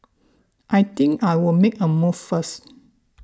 I think I'll make a move first